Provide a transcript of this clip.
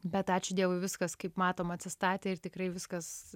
bet ačiū dievui viskas kaip matom atsistatė ir tikrai viskas